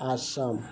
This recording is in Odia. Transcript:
ଆସାମ